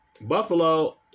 Buffalo